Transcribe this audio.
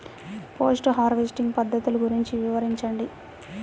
Post harvesting పద్ధతులు గురించి వివరించండి?